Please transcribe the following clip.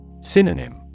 Synonym